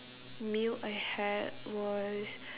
meal I had was